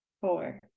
four